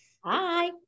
Hi